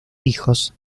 hijos